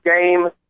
game